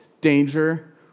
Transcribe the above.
danger